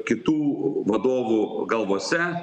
kitų vadovų galvose